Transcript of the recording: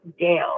down